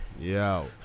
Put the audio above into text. Yo